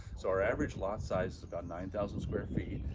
so our average lot size is about nine thousand square feet.